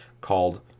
called